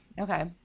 Okay